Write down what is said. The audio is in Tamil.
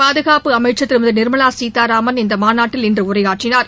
பாதுகாப்பு அமைச்சர் திருமதி நிர்மலா சீதாராமன் இந்த மாநாட்டில் இன்று உரையாற்றினார்